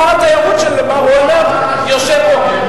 שר התיירות של אולמרט יושב פה,